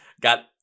got